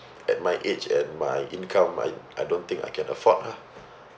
at my age and my income I I don't think I can afford ah